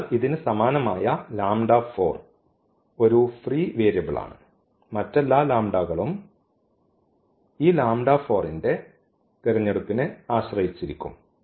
അതിനാൽ ഇതിന് സമാനമായ ഒരു ഫ്രീ വേരിയബിളാണ് മറ്റെല്ലാ ലാംഡാകളും ഈ ന്റെ തിരഞ്ഞെടുപ്പിനെ ആശ്രയിച്ചിരിക്കും